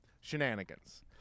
shenanigans